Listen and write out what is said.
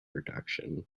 reduction